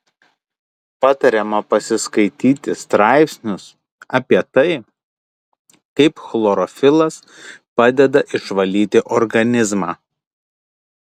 patariama pasiskaityti straipsnius apie tai kaip chlorofilas padeda išvalyti organizmą